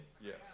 Yes